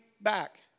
back